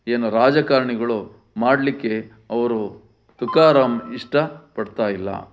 ಏನು ರಾಜಕಾರಣಿಗಳು ಮಾಡಲಿಕ್ಕೆ ಅವರು ಸುತಾರಾಮ್ ಇಷ್ಟಪಡ್ತಾ ಇಲ್ಲ